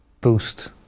boost